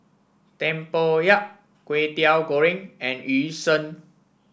Tempoyak Kwetiau Goreng and Yu Sheng